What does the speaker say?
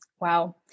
Wow